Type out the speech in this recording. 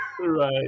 Right